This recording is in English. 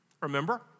Remember